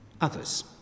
others